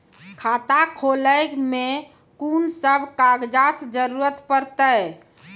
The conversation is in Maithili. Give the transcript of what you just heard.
खाता खोलै मे कून सब कागजात जरूरत परतै?